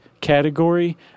category